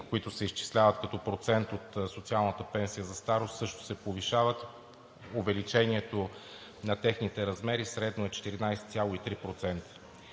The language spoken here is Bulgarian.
които се изчисляват като процент от социалната пенсия за старост, също се повишават – увеличението на техните размери средно е 14,3%.